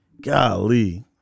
Golly